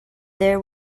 there